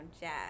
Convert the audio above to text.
jazz